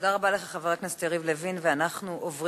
תודה